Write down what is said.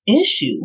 issue